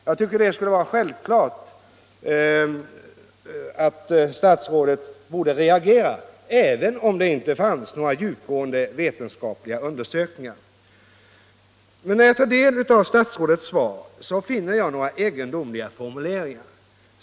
Det borde ha varit självklart för statsrådet att reagera även om det inte finns några djupgående vetenskapliga undersökningar. När jag tar del av statsrådets svar finner jag några egendomliga formuleringar.